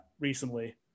recently